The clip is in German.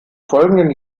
folgenden